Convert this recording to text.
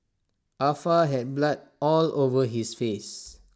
ah Fa had blood all over his face